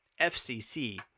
FCC